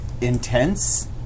intense